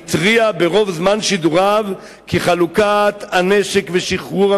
התריע ברוב זמן שידוריו כי חלוקת הנשק ושחרורי